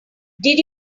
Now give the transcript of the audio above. did